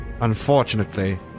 unfortunately